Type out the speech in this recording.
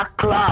club